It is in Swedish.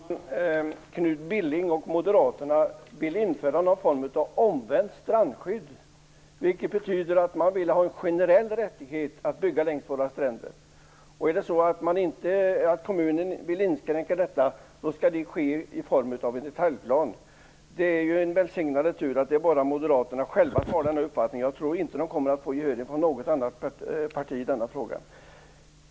Herr talman! Knut Billing och Moderaterna vill införa någon form av omvänt strandskydd, vilket betyder att man vill ha en generell rättighet att bygga längs våra stränder. Vill kommunen inskränka detta skall det ske i form av en detaljplan. Det är en välsignad tur att det bara är Moderaterna som har den uppfattningen. Jag tror inte att de kommer att få stöd från något annat parti i denna fråga.